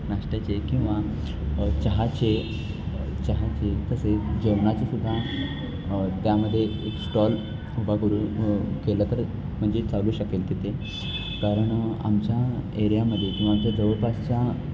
नाश्त्याचे किंवा चहाचे चहाचे तसेच जेवणाचेसुद्धा त्यामध्ये एक स्टॉल ह करू केलं तर म्हणजे चालू शकेल तिथे कारण आमच्या एरियामध्ये किंवा आमच्या जवळपासच्या